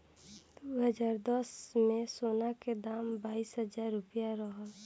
दू हज़ार दस में, सोना के दाम बाईस हजार रुपिया रहल